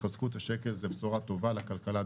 התחזקות השקל היא בשורה טובה לכלכלה,